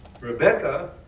Rebecca